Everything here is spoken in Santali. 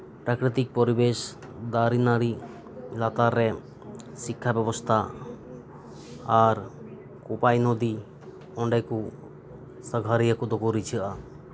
ᱯᱨᱟᱠᱨᱤᱛᱤᱠ ᱯᱚᱨᱤᱵᱮᱥ ᱫᱟᱨᱮᱼᱱᱟᱲᱤ ᱞᱟᱛᱟᱨ ᱨᱮ ᱥᱤᱠᱠᱷᱟ ᱵᱮᱵᱚᱥᱛᱷᱟ ᱟᱨ ᱠᱳᱯᱟᱭ ᱱᱚᱫᱤ ᱚᱸᱰᱮ ᱠᱩ ᱥᱟᱸᱜᱷᱟᱨᱤᱭᱟᱹ ᱠᱚᱫᱚ ᱠᱩ ᱨᱤᱡᱷᱟᱹᱜᱼᱟ